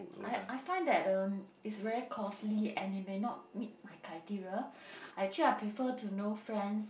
I I find that um it's very costly and it may not meet my criteria actually I prefer to know friends